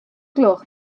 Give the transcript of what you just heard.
gloch